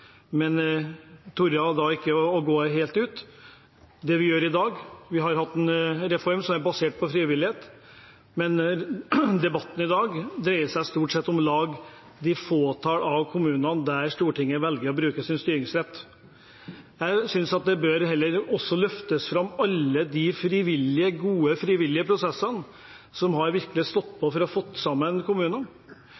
men man torde ikke gå helt ut. Det gjør vi i dag. Vi har en reform basert på frivillighet. Men debatten i dag dreier seg stort sett om det fåtall av kommuner der Stortinget velger å bruke sin styringsrett. Jeg synes man heller bør løfte fram alle de gode, frivillige prosessene, der man virkelig har stått på for å slå sammen kommuner. Jeg er blant de heldige som